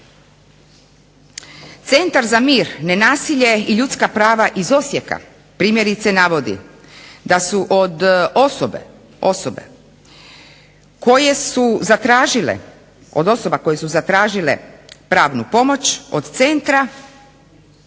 Centar za mir, nenasilje i ljudska prava iz Osijek primjerice navodi da su od osoba koje su zatražile pravnu pomoć od centra